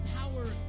power